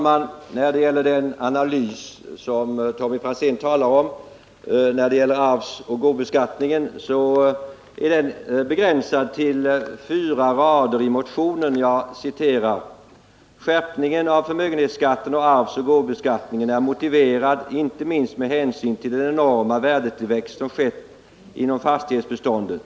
Herr talman! Den ana: s som Tommy Franzén talar om när det gäller arvsoch gåvobeskattningen är begränsad till fyra rader i vpk:s motion. Jag citerar: motiverad inte minst med hänsyn till den enorma värdetill attningen är t som skett inom fastighetsbeståndet.